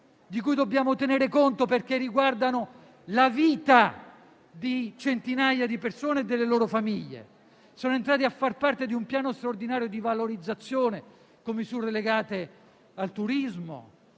di cui dobbiamo tenere conto perché riguardano la vita di centinaia di persone e delle loro famiglie. Sono entrati a far parte di un piano straordinario di valorizzazione con misure legate al turismo,